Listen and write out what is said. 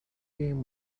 game